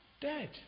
dead